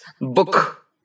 book